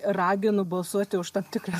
ragino balsuoti už tam tikrą